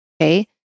okay